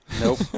Nope